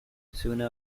sooner